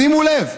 שימו לב.